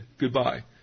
goodbye